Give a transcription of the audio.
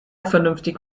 vernünftig